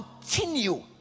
continue